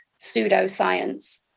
pseudoscience